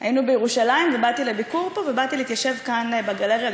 היינו בירושלים ובאתי לביקור פה ובאתי להתיישב כאן בגלריה,